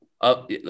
up